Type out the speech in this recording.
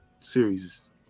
series